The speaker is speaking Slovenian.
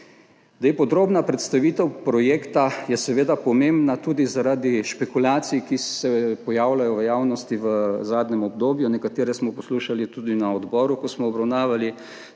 bilo. Podrobna predstavitev projekta je seveda pomembna tudi zaradi špekulacij, ki se pojavljajo v javnosti v zadnjem obdobju, nekatere smo poslušali tudi na odboru, ko smo obravnavali